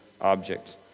object